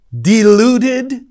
deluded